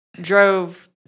drove